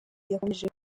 yakomeje